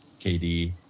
KD